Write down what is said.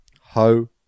Ho